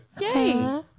Yay